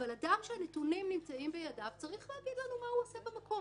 אבל אדם שהנתונים נמצאים בידיו צריך להגיד לנו מה הוא עושה במקום,